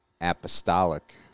apostolic